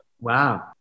Wow